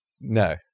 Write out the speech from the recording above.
no